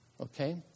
Okay